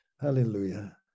Hallelujah